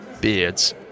beards